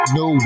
no